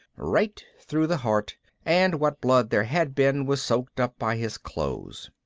right through the heart and what blood there had been was soaked up by his clothes.